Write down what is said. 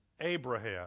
Abraham